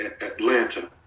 Atlanta